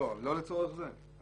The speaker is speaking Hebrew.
לא, לא לצורך זה.